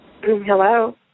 Hello